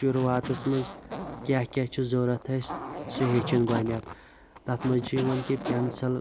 شُروعاتَس منٛز کیاہ کیاہ چھِ ضرورَت اسہٕ سُہ ہیٚچھنۍ گۄڈٕنیٚتھ تَتھ منٛز چھ یِوان کہِ پیٚنسَل